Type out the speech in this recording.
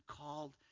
called